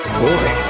boy